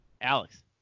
Alex